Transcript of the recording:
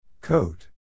Coat